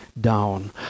down